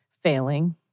failing